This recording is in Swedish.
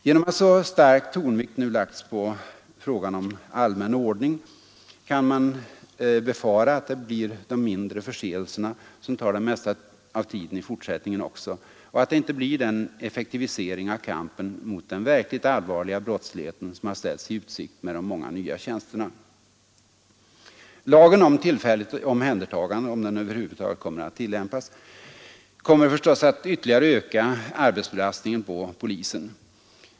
Genom att så stark tonvikt nu lagts på fr förseelserna som tar det mesta av tiden i fortsättningen också och att gan om ”allmän ordning” kan man befara att det blir de mindre resultatet inte blir den effektivisering av kampen mot den verkligt allvarliga brottsligheten som har ställts i utsikt med de många nya tjänsterna. Lagen om tillfälligt omhändertagande kommer förstås — om den över huvud taget blir tillämpad att ytterligare öka arbetsbelastningen på polisen.